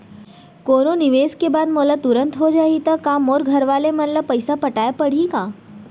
कोनो निवेश के बाद मोला तुरंत हो जाही ता का मोर घरवाले मन ला पइसा पटाय पड़ही का?